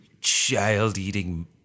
child-eating